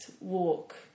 walk